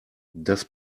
das